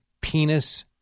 penis